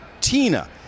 Tina